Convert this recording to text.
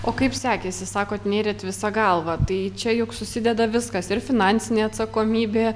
o kaip sekėsi sakot nėrėt visa galva tai čia juk susideda viskas ir finansinė atsakomybė